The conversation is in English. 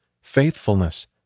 faithfulness